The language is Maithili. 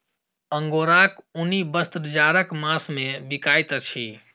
अंगोराक ऊनी वस्त्र जाड़क मास मे बिकाइत अछि